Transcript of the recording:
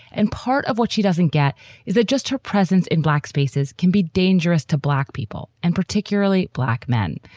and part of what she doesn't get is that just her presence in black spaces can be dangerous to black people and particularly black men.